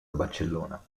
barcellona